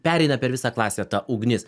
pereina per visą klasę tą ugnis